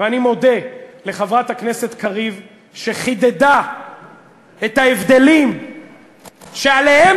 אני מודה לחברת הכנסת קריב שחידדה את ההבדלים שעליהם